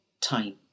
time